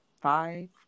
five